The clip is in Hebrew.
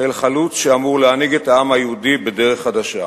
חיל חלוץ שאמור להנהיג את העם היהודי בדרך חדשה.